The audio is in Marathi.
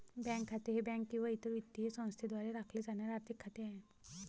बँक खाते हे बँक किंवा इतर वित्तीय संस्थेद्वारे राखले जाणारे आर्थिक खाते आहे